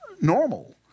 normal